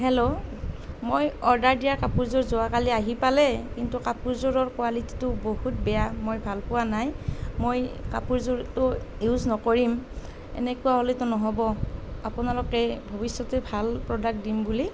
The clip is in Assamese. হেল্ল' মই অৰ্ডাৰ দিয়া কাপোৰযোৰ যোৱা কালি আহি পালে কিন্তু কাপোৰযোৰৰ কোৱালিটিটো বহুত বেয়া মই ভাল পোৱা নাই মই কাপোৰযোৰতো ইউজ নকৰিম এনেকুৱা হ'লেতো নহ'ব আপোনালোকে ভৱিষ্যতে ভাল প্ৰ'ডাক্ট দিম বুলি